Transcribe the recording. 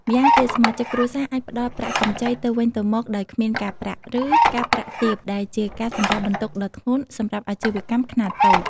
ម្យ៉ាងទៀត សមាជិកគ្រួសារអាចផ្តល់ប្រាក់កម្ចីទៅវិញទៅមកដោយគ្មានការប្រាក់ ឬការប្រាក់ទាប ដែលជាការសម្រាលបន្ទុកដ៏ធ្ងន់សម្រាប់អាជីវកម្មខ្នាតតូច។